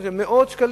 במאות שקלים.